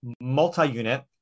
multi-unit